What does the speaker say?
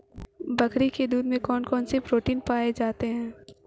बकरी के दूध में कौन कौनसे प्रोटीन पाए जाते हैं?